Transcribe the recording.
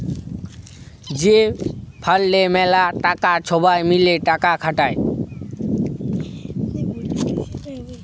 যে ফাল্ডে ম্যালা টাকা ছবাই মিলে টাকা খাটায়